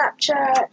Snapchat